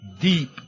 Deep